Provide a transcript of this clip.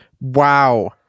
Wow